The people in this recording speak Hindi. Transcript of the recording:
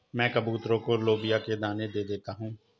मैं कबूतरों को लोबिया के दाने दे देता हूं